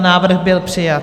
Návrh byl přijat.